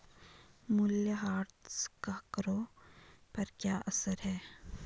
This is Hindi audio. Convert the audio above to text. मूल्यह्रास का करों पर क्या असर है?